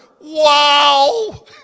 Wow